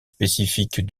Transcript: spécifique